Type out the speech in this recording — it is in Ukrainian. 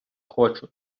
хочу